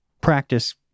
practice